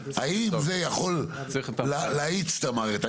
האם זה יכול להאיץ את המערכת.